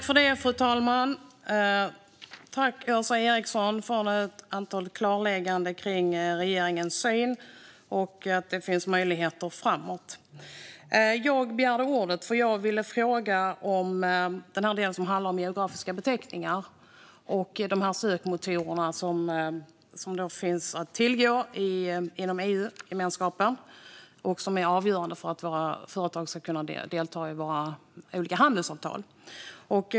Fru talman! Jag tackar Åsa Eriksson för ett klarläggande om regeringens uppfattning och att det finns möjligheter framåt. Jag begärde ordet därför att jag vill fråga om geografiska beteckningar och sökmotorerna som finns att tillgå inom EU som är avgörande för att företag ska kunna delta i olika handelsavtal.